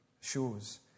shows